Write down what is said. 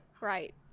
Right